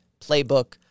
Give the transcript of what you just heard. playbook